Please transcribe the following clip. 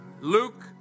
Luke